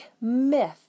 myth